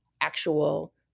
actual